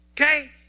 Okay